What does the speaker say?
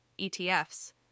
ETFs